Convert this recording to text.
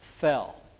fell